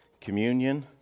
communion